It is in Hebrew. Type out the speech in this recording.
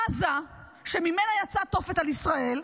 עזה, שממנה יצאה תופת על ישראל,